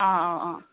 অঁ অঁ অঁ